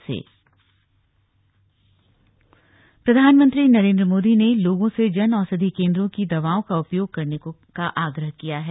जन औषधि केन्द्र प्रधानमंत्री नरेन्द्र मोदी ने लोगों से जन औषधि केन्द्रों की दवाओं का उपयोग करने का आग्रह किया है